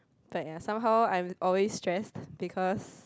fact ah somehow I'm always stress because